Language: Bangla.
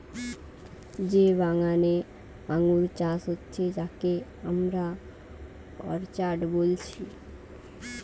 যে বাগানে আঙ্গুর চাষ হচ্ছে যাকে আমরা অর্চার্ড বলছি